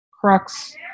crux